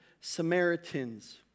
Samaritans